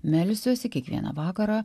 melsiuosi kiekvieną vakarą